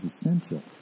essential